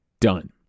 done